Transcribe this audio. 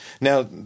Now